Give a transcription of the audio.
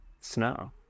Snow